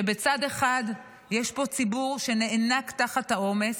שבצד אחד יש פה ציבור שנאנק תחת העומס,